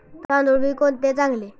तांदूळ बी कोणते चांगले?